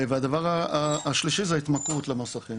והדבר השלישי זה ההתמכרות למסכים,